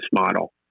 model